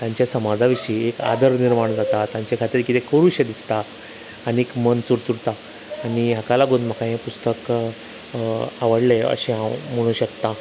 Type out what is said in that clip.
तांच्या समाजा विशीं आदर निर्माण करता तांचे खातीर कितें करू शें दिसता आनीक मन चुचूरता आनी हाका लागून म्हाका हें पुस्तक आवडलें अशें हांव म्हणू शकतां